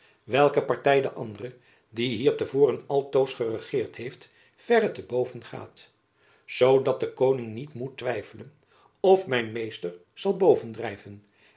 welke party de andere die hier te voren altoos geregeerd heeft jacob van lennep elizabeth musch verre te boven gaat zoo dat de koning niet moet twijfelen of mijn meester zal boven drijven